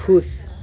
ख़ुश